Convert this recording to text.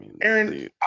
Aaron